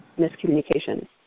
miscommunication